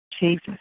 Jesus